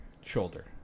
Shoulder